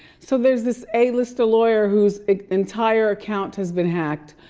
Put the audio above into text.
so there's this a lister lawyer whose entire account has been hacked.